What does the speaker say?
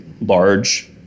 large